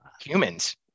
humans